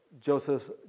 Joseph